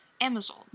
Amazon